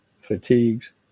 fatigues